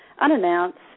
unannounced